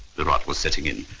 the rot was setting in.